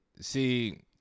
see